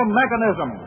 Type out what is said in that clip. mechanism